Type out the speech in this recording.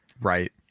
right